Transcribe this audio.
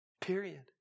Period